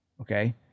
Okay